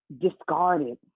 discarded